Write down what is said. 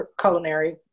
culinary